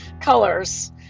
colors